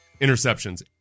interceptions